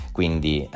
quindi